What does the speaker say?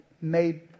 made